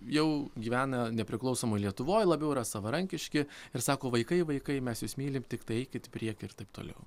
jau gyvena nepriklausomoj lietuvoj labiau yra savarankiški ir sako vaikai vaikai mes jus mylim tiktai eikit į priekį ir taip toliau